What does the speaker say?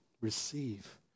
receive